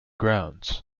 grounds